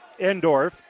Endorf